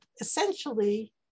essentially